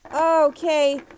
Okay